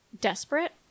desperate